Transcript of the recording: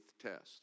test